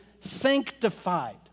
sanctified